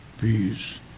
peace